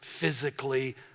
physically